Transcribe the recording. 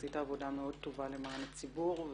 עשית עבודה מאוד טובה למען הציבור,